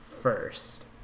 first